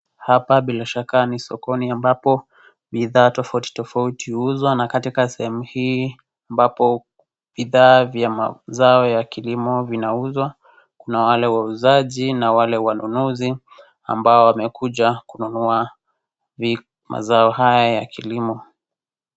Hapa bila shaka ni sokoni ambapo bidhaa tofauti tofauti huuzwa na katika sehemu hii, ambapo bidhaa vya mazao ya kilimo vinauzwa. Kuna wale wauzaji na wale wanunuzi ambao wamekuja kununua mazao haya ya kilimo.